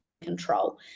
control